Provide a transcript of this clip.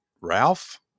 ralph